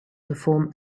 perform